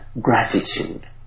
gratitude